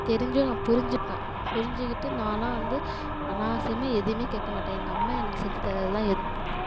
தெரிஞ்சும் நான் புரிஞ்சிப்பேன் புரிஞ்சிக்கிட்டு நான்லாம் வந்து அனாவசியமாக எதுவுமே கேட்கமாட்டேன் எங்கள் அம்மா எனக்கு செஞ்சு தர்றது தான் எதுன்னாலுமே